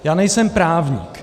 Já nejsem právník.